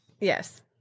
Yes